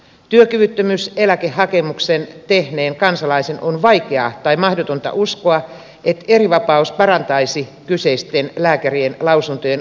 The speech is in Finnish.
työkyvyttömyyseläkehakemuksen tehneen kansalaisen on vaikea tai mahdotonta uskoa että erivapaus parantaisi kyseisten lääkärien lausuntojen objektiivista tasoa